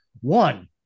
one